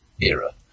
era